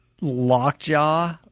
Lockjaw